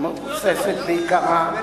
מבוססת בעיקרה,